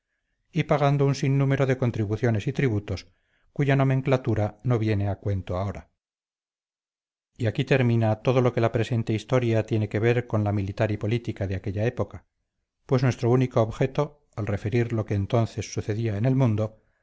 capitaciones tercias reales gabelas frutos civiles y hasta cincuenta tributos más cuya nomenclatura no viene a cuento ahora y aquí termina todo lo que la presente historia tiene que ver con la militar y política de aquella época pues nuestro único objeto al referir lo que entonces sucedía en el mundo